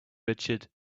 richard